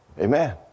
Amen